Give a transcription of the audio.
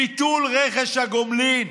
ביטול רכש הגומלין.